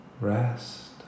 rest